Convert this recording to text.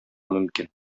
мөмкин